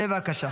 בבקשה,